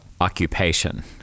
occupation